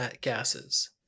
gases